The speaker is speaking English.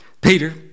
Peter